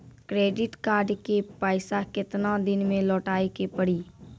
Credit card के पैसा केतना दिन मे लौटाए के पड़ी?